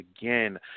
again